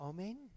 Amen